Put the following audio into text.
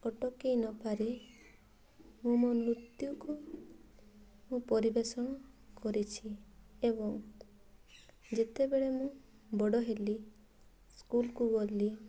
ଅଟକାଇ ନପାରି ମୁଁ ମୋ ନୃତ୍ୟକୁ ମୁଁ ପରିବେଷଣ କରିଛି ଏବଂ ଯେତେବେଳେ ମୁଁ ବଡ଼ ହେଲି ସ୍କୁଲ୍କୁ ଗଲି